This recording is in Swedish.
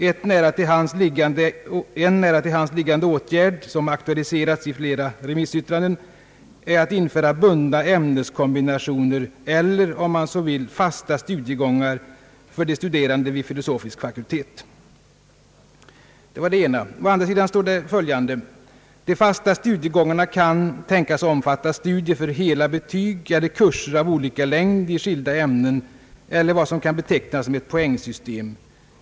En nära till hands liggande åtgärd som aktualiseras i flera remissyttranden är att införa bundna ämneskombinationer — eller om man så vill fasta studiegångar — vid de filosofiska fakulteterna. Å andra sidan står det följande: »De fasta studiegångarna kan i framtiden tänkas omfatta studier för hela betyg eller kurser av olika längd i skilda ämnen enligt vad som kan betecknas som ett poängsystem.